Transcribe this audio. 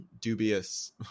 dubious